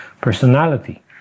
personality